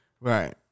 Right